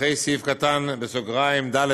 אחרי סעיף קטן (ד1)